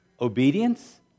obedience